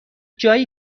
جایی